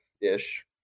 ish